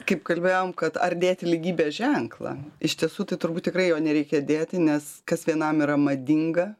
kaip kalbėjom kad ar dėti lygybės ženklą iš tiesų tai turbūt tikrai jos nereikia dėti nes kas vienam yra madinga